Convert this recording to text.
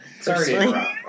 Sorry